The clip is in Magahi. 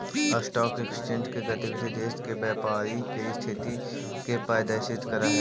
स्टॉक एक्सचेंज के गतिविधि देश के व्यापारी के स्थिति के प्रदर्शित करऽ हइ